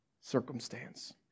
circumstance